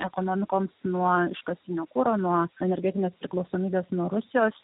ekonomikoms nuo iškastinio kuro nuo energetinės priklausomybės nuo rusijos